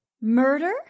Murder